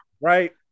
right